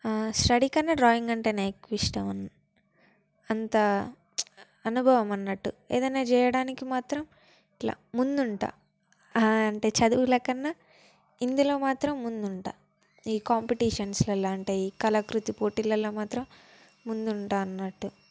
study కన్నా drawing అంటేనే ఎక్కువ ఇష్టం అంత అనుభవం అన్నట్టు ఏదన్నా చేయడానికి మాత్రం ఇట్లా ముందుంటాను అంటే చదువు లేకున్నా ఇందులో మాత్రం ముందుంటాను ఈ కాంపిటేషన్స్లల్లో లాంటివి కళాకృతి పోటీల్లో మాత్రం ముందుంటాను అన్నట్టు